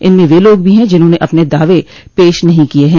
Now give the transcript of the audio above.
इनमें वे लोग भी हैं जिन्होंने अपने दावे पेश नहीं किये हैं